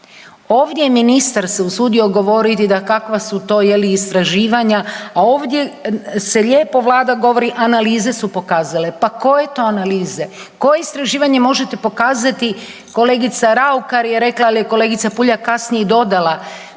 Ovdje ministar se usudio govoriti da kakva su to je li istraživanja, a ovdje se lijepo Vlada govori analize su pokazale, pa koje to analize. Koje istraživanje možete pokazati, kolegica Raukar je rekla, ali je kolegica Puljak kasnije dodala